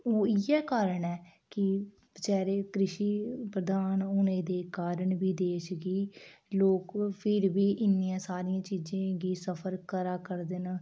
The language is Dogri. ओह् इ'यै कारण ऐ कि बेचारे कृषि प्रधान होने दे कारण बी देश गी लोक फिर बी इन्नी सारी चीज़ें गी सफर करै करदे न